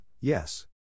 yes